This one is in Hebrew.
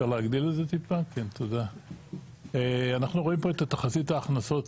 אנחנו רואים פה את תחזית ההכנסות